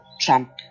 Trump